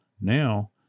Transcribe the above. now